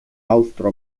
austro